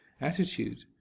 attitude